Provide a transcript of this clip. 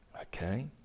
okay